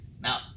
Now